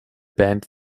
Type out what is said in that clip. band